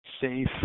safe